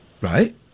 right